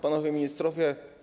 Panowie Ministrowie!